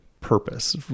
purpose